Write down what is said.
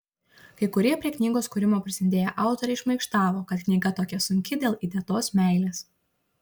kai kurie prie knygos kūrimo prisidėję autoriai šmaikštavo kad knyga tokia sunki dėl įdėtos meilės